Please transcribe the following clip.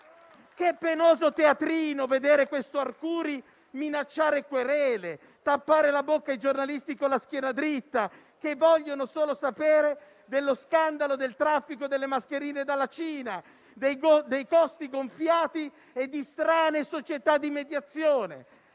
Che penoso teatrino vedere questo Arcuri minacciare querele, tappare la bocca ai giornalisti con la schiena dritta, che vogliono solo sapere dello scandalo del traffico delle mascherine dalla Cina, dei costi gonfiati e di strane società di mediazione.